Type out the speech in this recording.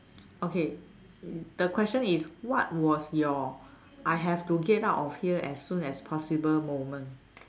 okay the question is what was your I have to get out of here as soon as possible moment